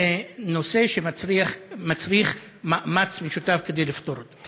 זה נושא שמצריך מאמץ משותף כדי לפתור אותו.